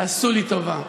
עשו לי טובה,